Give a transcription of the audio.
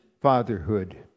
fatherhood